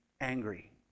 angry